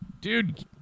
Dude